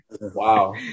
Wow